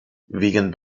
wegen